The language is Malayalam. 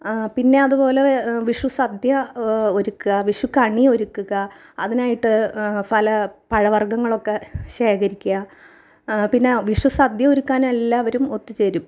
പിന്നെ അതുപോലെ വിഷു സദ്യ ഒരുക്കുക വിഷു കണി ഒരുക്കുക അതിനായിട്ട് പല പഴ വർഗ്ഗങ്ങളൊക്കെ ശേഖരിക്കുക പിന്നെ വിഷു സദ്യ ഒരുക്കാൻ എല്ലാവരും ഒത്തുചേരും